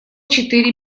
четыре